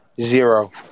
Zero